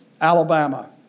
Alabama